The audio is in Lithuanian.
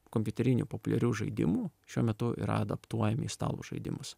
kompiuterinių populiarių žaidimų šiuo metu yra adaptuojami į stalo žaidimus